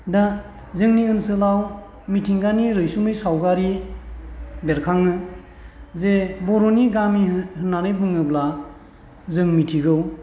दा जोंनि ओनसोलाव मिथिंगानि रैसुमै सावगारि बेरखाङो जे बर'नि गामि होननानै बुङोब्ला जों मिथिगौ